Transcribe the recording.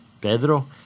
Pedro